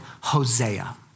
Hosea